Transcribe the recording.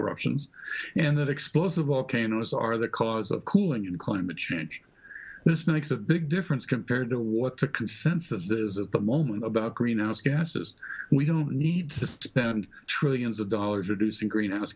eruptions and that explosive volcanoes are the cause of cooling and climate change this makes a big difference compared to what the consensus is at the moment about greenhouse gases we don't need to spend trillions of dollars reducing greenhouse